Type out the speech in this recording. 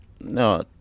No